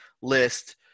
list